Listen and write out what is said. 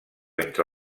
entre